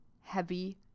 heavy